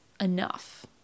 enough